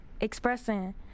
expressing